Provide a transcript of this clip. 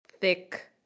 thick